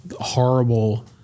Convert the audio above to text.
horrible